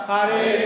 Hare